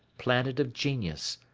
planet of genius,